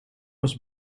was